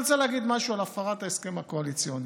אני רוצה להגיד משהו על הפרת ההסכם הקואליציוני.